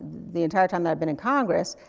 the entire time that i've been in congress,